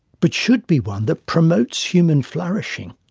but should be one that promotes human flourishing.